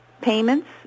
payments